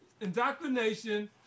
indoctrination